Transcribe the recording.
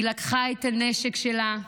היא לקחה את הנשק שלה,